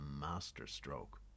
masterstroke